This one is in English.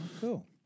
Cool